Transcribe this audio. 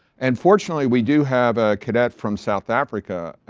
and fortunately, we do have a cadet from south africa,